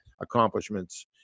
accomplishments